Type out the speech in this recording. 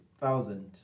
thousand